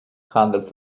handles